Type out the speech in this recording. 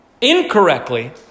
Incorrectly